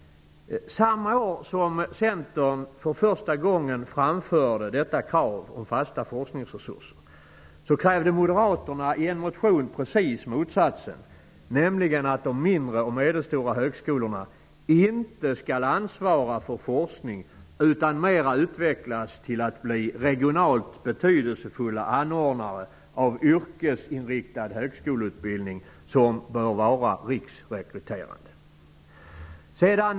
Samma år som Centern för första gången framförde detta krav om fasta forskningsresurser, krävde Moderaterna i en motion precis motsatsen, nämligen att de mindre och medelstora högskolorna inte skulle ansvara för forskning, utan mera utvecklas till att bli regionalt betydelsefulla anordnare av yrkesinriktad högskoleutbildning, som borde vara riksrekryterad.